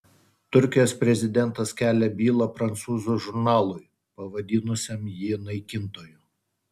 turkijos prezidentas kelia bylą prancūzų žurnalui pavadinusiam jį naikintoju